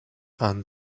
and